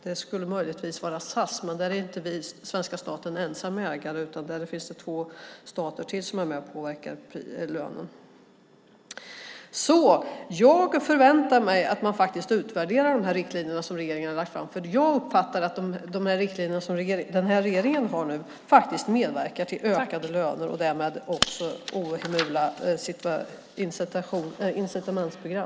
Det skulle möjligen vara SAS vd, men där är inte svenska staten ensam ägare, utan där finns det två stater till som är med och påverkar lönen. Jag förväntar mig att man utvärderar de riktlinjer som regeringen har lagt fram. Jag uppfattar att de riktlinjer som den här regeringen har nu medverkar till ökade löner och därmed också till ohemula incitamentsprogram.